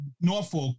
Norfolk